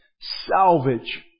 salvage